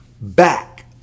back